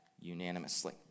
unanimously